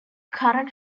current